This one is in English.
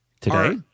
Today